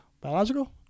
Biological